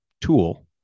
tool